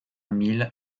mille